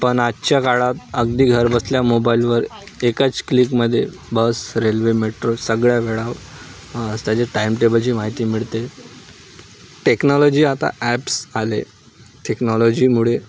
पण आजच्या काळात अगदी घर बसल्या मोबाईलवर एकाच क्लिकमध्ये बस रेल्वे मेट्रो सगळ्या वेळा त्याचे टाइमटेबलची माहिती मिळते टेक्नॉलॉजी आता ॲप्स आले टेक्नॉलॉजीमुळे